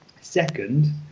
Second